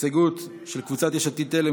הסתייגות של קבוצת יש עתיד-תל"ם,